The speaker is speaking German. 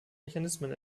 mechanismen